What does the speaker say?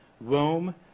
Rome